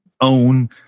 own